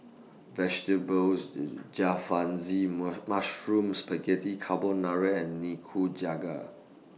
Vegetables Jalfrezi Mushroom Spaghetti Carbonara and Nikujaga